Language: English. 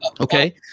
Okay